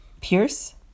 Pierce